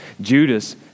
Judas